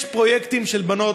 יש פרויקטים של בנות,